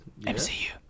MCU